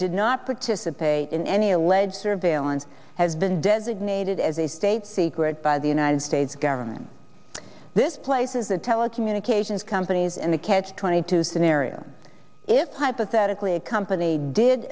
did not participate in any alleged surveillance has been designated as a state secret by the united states government this places the telecommunications companies in a catch twenty two scenario if hypothetically a company did